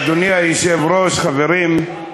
אדוני היושב-ראש, חברים,